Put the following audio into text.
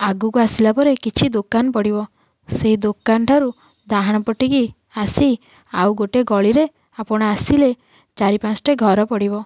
ଆଗକୁ ଆସିଲା ପରେ କିଛି ଦୋକାନ ପଡ଼ିବ ସେ ଦୋକାନ ଠାରୁ ଡାହାଣ ପଟିକି ଆସି ଆଉ ଗୋଟିଏ ଗଳିରେ ଆପଣ ଆସିଲେ ଚାରି ପାଞ୍ଚଟା ଘର ପଡ଼ିବ